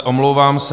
Omlouvám se.